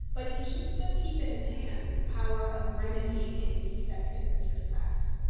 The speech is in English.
but he should still keep in his hands the power of remedying any defect in this respect.